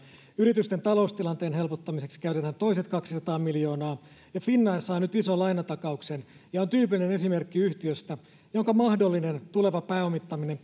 yritysten taloustilanteen helpottamiseksi käytetään toiset kaksisataa miljoonaa finnair saa nyt ison lainatakauksen ja on tyypillinen esimerkki yhtiöstä jonka mahdollinen tuleva pääomittaminen